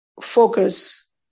focus